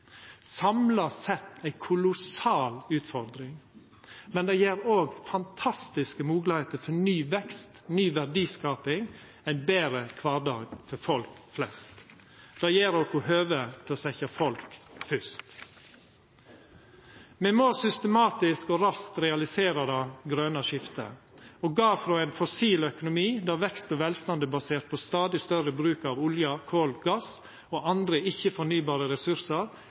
Samla sett er det ei kolossal utfordring, men det gjev òg fantastiske moglegheiter for ny vekst, ny verdiskaping og ein betre kvardag for folk flest. Det gjev oss høve til å setja folk fyrst. Me må systematisk og raskt realisera det grøne skiftet og gå frå ein fossil økonomi, der vekst og velstand er baserte på stadig større bruk av olje, kol, gass og andre ikkje-fornybare ressursar,